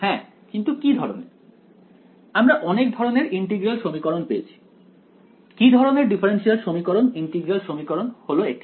হ্যাঁ কিন্তু কি ধরনের আমরা অনেক ধরনের ইন্টিগ্রাল সমীকরণ পড়েছি কি ধরনের ডিফারেনশিয়াল সমীকরণ ইন্টিগ্রাল সমীকরণ হলো এটি